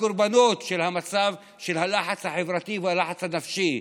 כל הקורבנות של הלחץ החברתי והלחץ הנפשי,